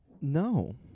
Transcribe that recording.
No